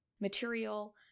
material